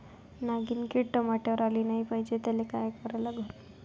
नागिन किड टमाट्यावर आली नाही पाहिजे त्याले काय करा लागन?